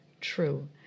true